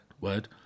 word